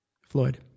Floyd